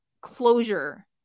closure